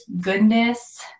goodness